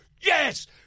yes